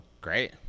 Great